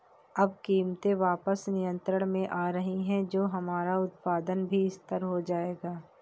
अब कीमतें वापस नियंत्रण में आ रही हैं तो हमारा उत्पादन भी स्थिर हो जाएगा